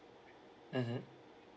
mmhmm